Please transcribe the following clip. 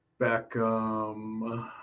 Beckham